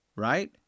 right